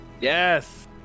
Yes